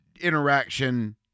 interaction